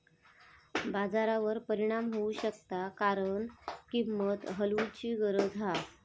बाजारावर परिणाम होऊ शकता कारण किंमत हलवूची गरज हा